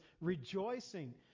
rejoicing